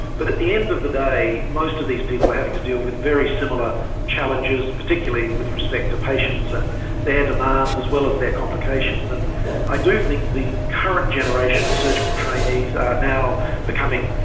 but at the end of the day, most of these people are having to deal with very similar challenges, particularly with respect to patients and their demands as well as their complications. and i do think the current generation of surgical trainees are now becoming,